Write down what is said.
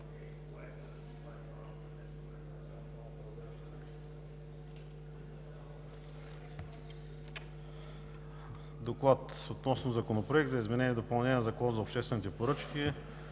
Предлаганите със Законопроекта за изменение и допълнение на Закона за обществените поръчки